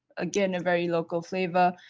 again a very local flavor,